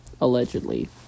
Allegedly